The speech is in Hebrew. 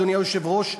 אדוני היושב-ראש,